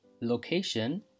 location